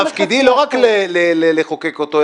מתפקידי לא רק לחוקק אותו,